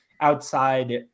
outside